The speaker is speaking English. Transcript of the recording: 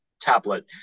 tablet